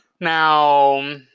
Now